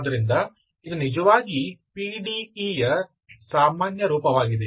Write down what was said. ಆದ್ದರಿಂದ ಇದು ನಿಜವಾಗಿ ಪಿಡಿಇ ಯ ಸಾಮಾನ್ಯ ರೂಪವಾಗಿದೆ